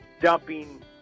dumping